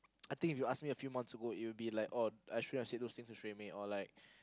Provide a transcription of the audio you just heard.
I think if you ask me a few months ago it will be like oh I shouldn't have said those things to Xue-Mei or like